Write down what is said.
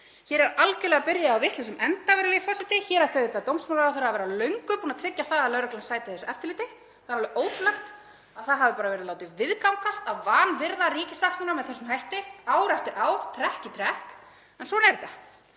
Hér er algerlega byrjað á vitlausum enda, virðulegi forseti. Hér ætti auðvitað dómsmálaráðherra að vera löngu búinn að tryggja að lögreglan sæti þessu eftirliti. Það er alveg ótrúlegt að það hafi bara verið látið viðgangast að vanvirða ríkissaksóknara með þessum hætti ár eftir ár, trekk í trekk. En svona er þetta.